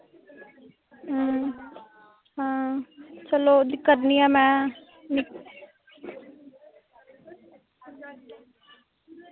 अं आं चलो करनी आं में